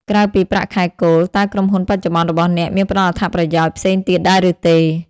ក្រៅពីប្រាក់ខែគោល តើក្រុមហ៊ុនបច្ចុប្បន្នរបស់អ្នកមានផ្តល់អត្ថប្រយោជន៍ផ្សេងទៀតដែរឬទេ?